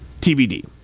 TBD